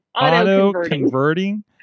Auto-converting